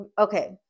Okay